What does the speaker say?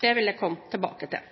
Det vil jeg komme tilbake til.